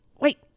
wait